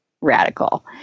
radical